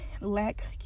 lack